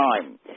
time